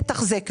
לתחזק,